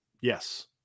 yes